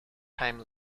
time